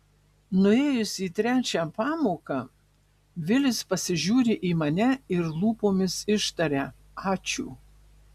nuėjus į trečią pamoką vilis pasižiūri į mane ir lūpomis ištaria ačiū